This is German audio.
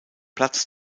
platz